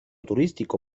turístico